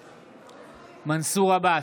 בעד מנסור עבאס,